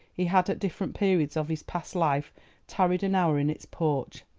he had at different periods of his past life tarried an hour in its porch.